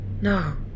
No